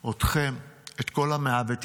אתכם, את כל ה-119.